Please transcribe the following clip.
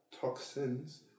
toxins